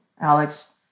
Alex